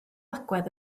agwedd